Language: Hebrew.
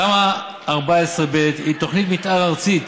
תמ"א 14 ב' היא תוכנית מתאר ארצית